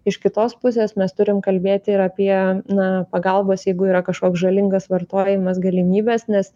iš kitos pusės mes turim kalbėti ir apie na pagalbos jeigu yra kažkoks žalingas vartojimas galimybes nes